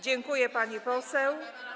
Dziękuję, pani poseł.